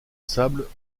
sables